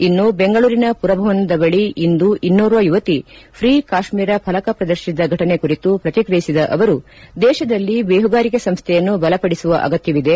ಇನ್ನು ಬೆಂಗಳೂರಿನ ಪುರಭವನದ ಬಳಿ ಇಂದು ಇನ್ನೋರ್ವ ಯುವತಿ ಫೀ ಕಾಶ್ಮೀರ ಫಲಕ ಪ್ರದರ್ಶಿಸಿದ ಫಟನೆ ಕುರಿತು ಪ್ರತಿಕ್ರಿಯಿಸಿದ ಅವರು ದೇಶದಲ್ಲಿ ದೇಹುಗಾರಿಕೆ ಸಂಸ್ಥೆಯನ್ನು ಬಲಪಡಿಸುವ ಅಗತ್ಯವಿದೆ